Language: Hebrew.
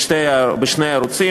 בשני הערוצים,